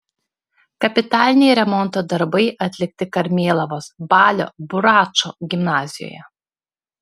kapitaliniai remonto darbai atlikti karmėlavos balio buračo gimnazijoje